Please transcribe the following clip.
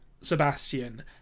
Sebastian